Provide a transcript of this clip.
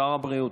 שר הבריאות,